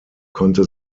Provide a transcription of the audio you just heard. konnte